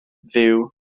fyw